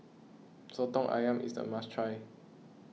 Soto Ayam is a must try